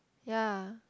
ya